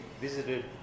visited